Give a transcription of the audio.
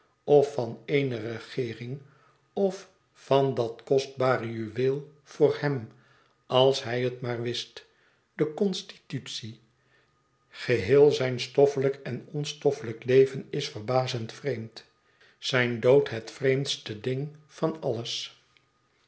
of van eene regeering of van dat kostbare juweel voor hem als hij het maar wist de constitutie geheel zijn stoffelijk en onstoffelijk leven is verbazend vreemd zijn dood het vreemdste ding van alles